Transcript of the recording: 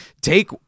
take